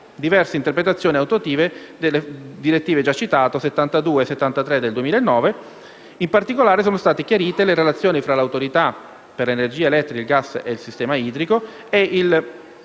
diverse interpretazioni attuative delle direttive n. 72 e 73 del 2009: in particolare sono state chiarite le relazioni tra l'Autorità per l'energia elettrica, il gas e il sistema idrico e il